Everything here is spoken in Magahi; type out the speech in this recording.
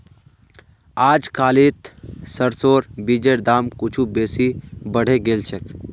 अजकालित सरसोर बीजेर दाम कुछू बेसी बढ़े गेल छेक